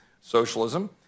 socialism